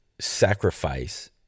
sacrifice